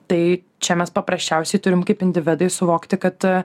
tai čia mes paprasčiausiai turim kaip individai suvokti kad